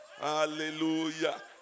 Hallelujah